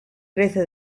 crece